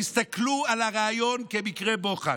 תסתכלו על הריאיון כמקרה בוחן.